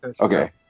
Okay